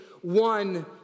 one